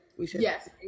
Yes